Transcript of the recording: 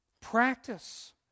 Practice